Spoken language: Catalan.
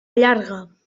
llarga